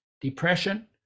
depression